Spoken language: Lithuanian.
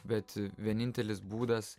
bet vienintelis būdas